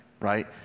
right